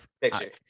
picture